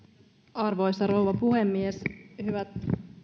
arvoisa rouva puhemies hyvät